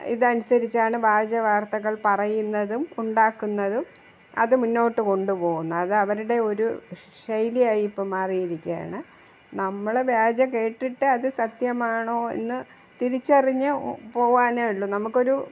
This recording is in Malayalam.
ഇതനുസരിച്ചാണ് വ്യാജ വാർത്തകൾ പറയുന്നതും ഉണ്ടാക്കുന്നതും അത് മുന്നോട്ടു കൊണ്ടുപോകുന്നു അത് അവരുടെ ഒരു ശൈലിയായി ഇപ്പോള് മാറിയിരിക്കുകയാണ് നമ്മള് കേട്ടിട്ട് അത് സത്യമാണോ എന്ന് തിരിച്ചറിഞ്ഞ് പോവാനേയുള്ളൂ നമുക്കൊരു